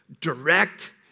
direct